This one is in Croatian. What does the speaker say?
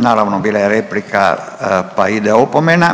Naravno bila je replika, pa ide opomena